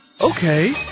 okay